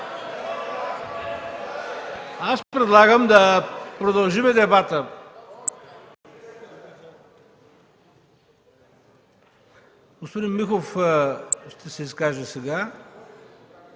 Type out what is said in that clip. Аз предлагам да продължим дебата. Господин Михов ще се изкаже сега,